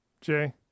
Jay